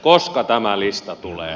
koska tämä lista tulee